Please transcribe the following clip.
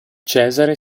cesare